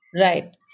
Right